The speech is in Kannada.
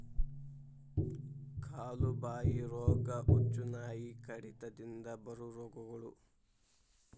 ಕಾಲು ಬಾಯಿ ರೋಗಾ, ಹುಚ್ಚುನಾಯಿ ಕಡಿತದಿಂದ ಬರು ರೋಗಗಳು